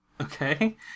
Okay